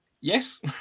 yes